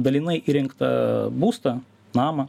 dalinai įrengtą būstą namą